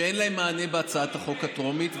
שאין להן מענה בהצעת החוק הטרומית,